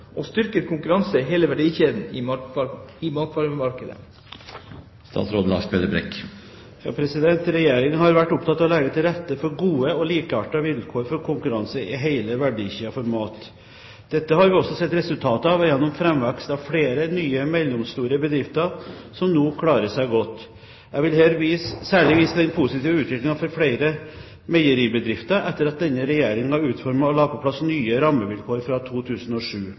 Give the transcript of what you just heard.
og styrket konkurranse i hele verdikjeden i matvaremarkedet?» Regjeringen har vært opptatt av å legge til rette for gode og likeartede vilkår for konkurranse i hele verdikjeden for mat. Dette har vi også sett resultater av, gjennom framvekst av flere nye mellomstore bedrifter som nå klarer seg godt. Jeg vil her særlig vise til den positive utviklingen for flere meieribedrifter etter at denne regjeringen utformet og la på plass nye rammevilkår fra 2007.